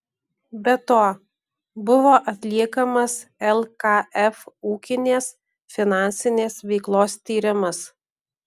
be to buvo atliekamas lkf ūkinės finansinės veiklos tyrimas